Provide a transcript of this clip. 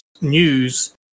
News